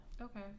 Okay